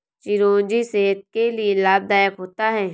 चिरौंजी सेहत के लिए लाभदायक होता है